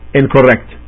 incorrect